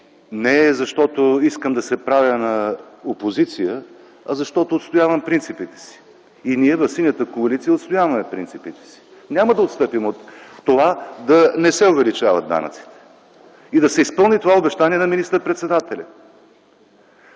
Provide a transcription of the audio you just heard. е защото искам да се правя на опозиция, а защото отстоявам принципите си. Ние в Синята коалиция отстояваме принципите си! Няма да отстъпим от това да не се увеличават данъците и да се изпълни това обещание на министър-председателя!